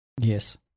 Yes